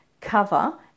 cover